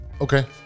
Okay